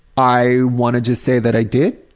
i wanted to say that i did,